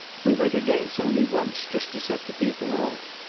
we were to dance only once, just to set the people off.